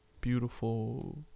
beautiful